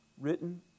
written